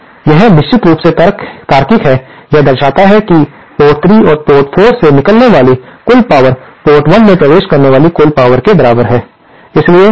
यह निश्चित रूप से तार्किक है यह दर्शाता है कि पोर्ट 3 और पोर्ट 4 से निकलने वाली कुल पावर पोर्ट 1 में प्रवेश करने वाली कुल पावर के बराबर है